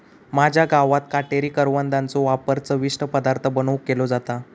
माझ्या गावात काटेरी करवंदाचो वापर चविष्ट पदार्थ बनवुक केलो जाता